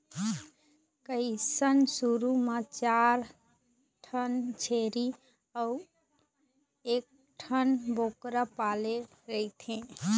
कइझन शुरू म चार ठन छेरी अउ एकठन बोकरा पाले रहिथे